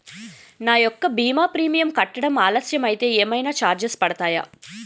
నా యెక్క భీమా ప్రీమియం కట్టడం ఆలస్యం అయితే ఏమైనా చార్జెస్ పడతాయా?